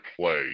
play